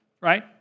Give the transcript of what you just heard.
Right